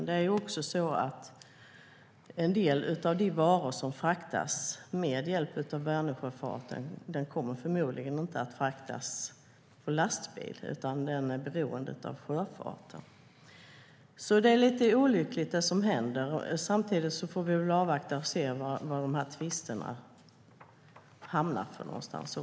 En del av de varor som fraktas med hjälp av Vänersjöfarten kommer förmodligen inte att fraktas med lastbil, utan den är beroende av sjöfarten.